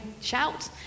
shout